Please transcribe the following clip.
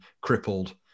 crippled